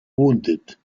wounded